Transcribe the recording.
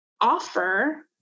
offer